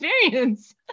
experience